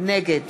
נגד